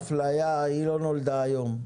האפליה היא לא נולדה היום,